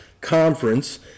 conference